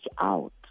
out